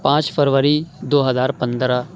پانچ فروری دو ہزار پندرہ